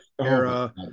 era